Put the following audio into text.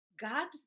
God